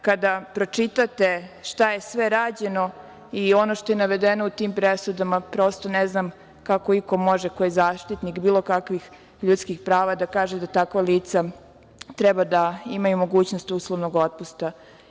Kada pročitate šta je sve rađeno i ono što je navedeno u tim presudama prosto ne znam kako iko može, ko je zaštitnik bilo kakvih ljudskih prava, da kaže da takva lica treba da imaju mogućnost uslovnog otpusta.